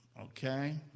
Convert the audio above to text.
okay